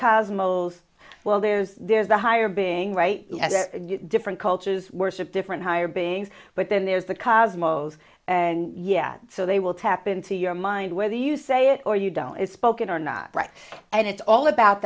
cosmos well there's there's the higher being right as different cultures worship different higher beings but then there's the cosmos and yet so they will tap into your mind whether you say it or you don't is spoken or not and it's all about